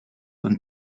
und